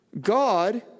God